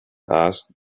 asked